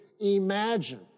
imagine